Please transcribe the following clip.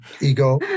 ego